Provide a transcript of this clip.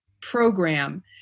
program